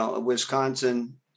Wisconsin